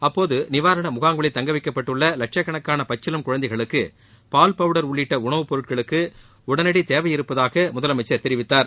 அப்போது நிவாரண முகாம்களில் தங்கவைக்சப்பட்டுள்ள லட்சக்கணக்கான பக்சிளம் குழந்தைகளுக்கு பால் பவுடர் உள்ளிட்ட உணவுப்பொருட்களுக்கு உடனடி தேவை இருப்பதாக தெரிவித்தார்